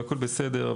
והכול בסדר.